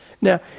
Now